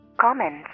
comments